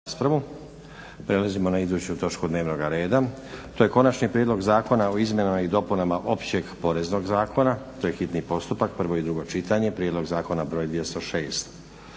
Prelazimo na iduću točku dnevnog reda. To je - Konačni prijedlog zakona o izmjenama i dopunama Općeg poreznog zakona, hitni postupak, prvo i drugo čitanje, PZ br. 206